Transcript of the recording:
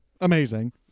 amazing